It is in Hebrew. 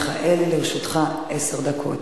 אנחנו נתחיל בדיון,